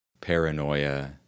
paranoia